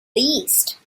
least